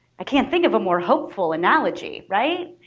i can't think of a more hopeful analogy, right.